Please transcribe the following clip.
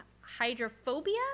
Hydrophobia